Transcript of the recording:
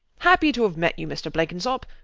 happy to have met you, mr. blenkinsop.